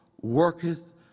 worketh